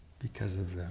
because of